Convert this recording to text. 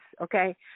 okay